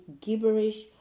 gibberish